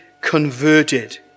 converted